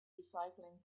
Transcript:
recycling